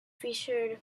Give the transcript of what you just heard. featured